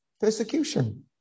Persecution